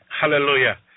hallelujah